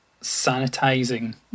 sanitizing